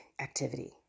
activity